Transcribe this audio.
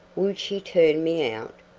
will she turn me out?